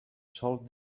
solved